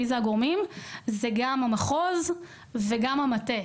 המחוז והמטה,